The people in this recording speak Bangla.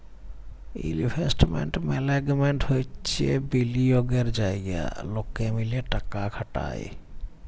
ইলভেস্টমেন্ট মাল্যেগমেন্ট হচ্যে বিলিয়গের জায়গা লকে মিলে টাকা খাটায়